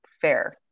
fair